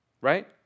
right